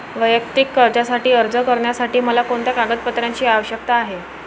वैयक्तिक कर्जासाठी अर्ज करण्यासाठी मला कोणत्या कागदपत्रांची आवश्यकता आहे?